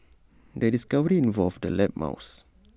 the discovery involved the lab mouse